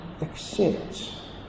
accepts